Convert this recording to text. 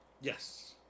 Yes